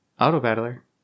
auto-battler